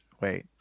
wait